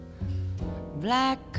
Black